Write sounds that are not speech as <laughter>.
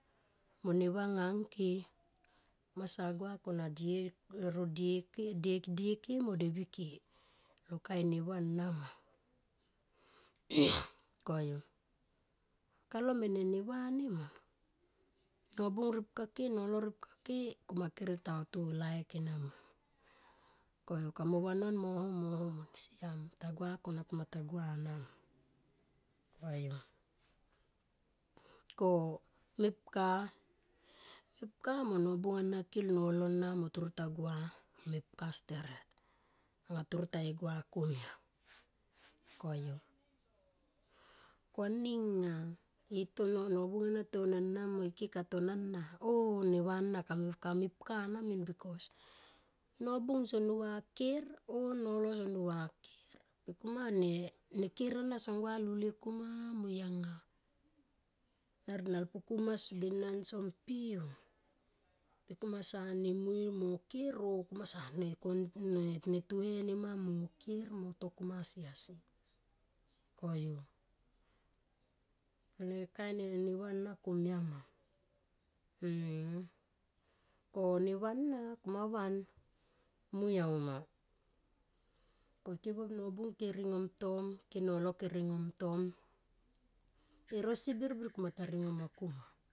Mone va anga angke kumasa gua kone die ro diek die- dieke mo devi ke lo kain neva anama <noise> koyu kalo mene neva nema nobung ripka ke nolo ripka ke. Kuma kere ta to laik enama koyu kamo vanon moho, moho min siam. Ta gua kona kumata gua nama. Koyu, ko mepka, mepka mo nobung ana kil nolo ana mo toro ta gua mepka steret nga toro taye gua komia ma koyu. Ko ani nga nobung ana to nana mo ike ka to e nana o neva ana kempeka. Kamepka na min bikos nobung so nuva ker o nolo so nuva ker ikuma ne ker ana song gua lulie kuma mui anga nalpukuma denen son pi per kumasa mui mone ker o kumasa ne, ne tuhe nema mo ker mo to kuma asi asi koyu anga le kain neva ana komia nama. <hesitation> ko neva ana kumavan mui auma. Ko ike buop nobung ke ringomtom ke nolo ke ringomtom e rosi birbir komata ringoma kuma.